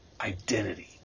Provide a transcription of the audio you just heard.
identity